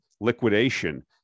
liquidation